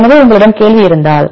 எனவே உங்களிடம் கேள்வி இருந்தால்